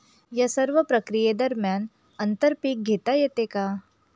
या सर्व प्रक्रिये दरम्यान आंतर पीक घेता येते का?